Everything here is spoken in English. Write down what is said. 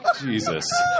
Jesus